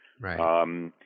Right